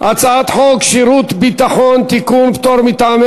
הצעת החוק נתקבלה בקריאה טרומית ותועבר לוועדת